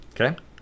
Okay